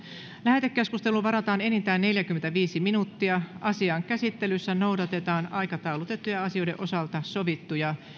lähetekeskusteluun varataan enintään neljäkymmentäviisi minuuttia asian käsittelyssä noudatetaan aikataulutettujen asioiden osalta sovittuja